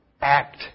act